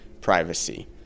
privacy